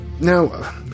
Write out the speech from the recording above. now